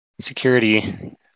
security